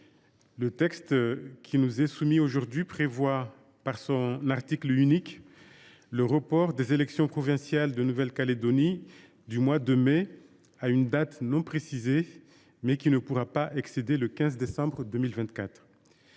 le texte qui nous est soumis aujourd’hui prévoit le report des élections provinciales de Nouvelle Calédonie du mois de mai à une date non précisée, mais qui ne pourra pas excéder le 15 décembre 2024.